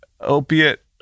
opiate